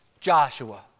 Joshua